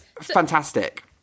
fantastic